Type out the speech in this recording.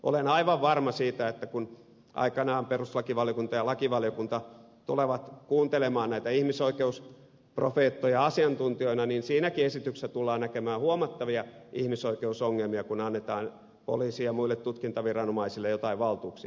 olen aivan varma siitä että kun aikanaan perustuslakivaliokunta ja lakivaliokunta tulevat kuuntelemaan näitä ihmisoikeusprofeettoja asiantuntijoina niin siinäkin esityksessä tullaan näkemään huomattavia ihmisoikeusongelmia kun annetaan poliisille ja muille tutkintaviranomaisille joitain valtuuksia